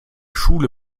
schule